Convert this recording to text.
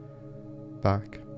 back